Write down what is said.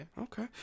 Okay